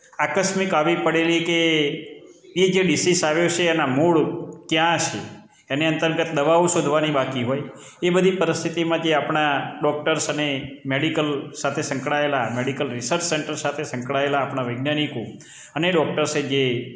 આકસ્મિક આવી પડેલી કે એ જે ડિસિસ આવ્યો છે એના મૂળ કયા છે એની અંતર્ગત દવાઓ શોધવાની બાકી હોય એ બધી પરિસ્થિતિમાંથી આપણાં ડોક્ટર્સ અને મેડિકલ સાથે સંકળાયેલા મેડિકલ રિસર્ચ સેન્ટર સાથે સંકળાયેલા આપણા વૈજ્ઞાનિકો અને ડૉક્ટર્સે જે